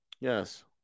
Yes